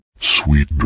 Sweet